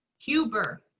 huber.